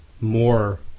more